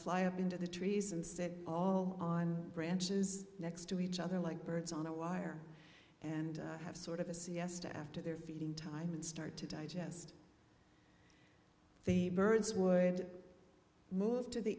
fly up into the trees and sit all on branches next to each other like birds on a wire and have sort of a siesta after their feeding time and start to digest the birds would move to the